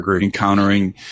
encountering